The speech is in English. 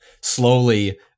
slowly